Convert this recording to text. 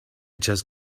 just